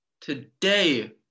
Today